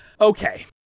Okay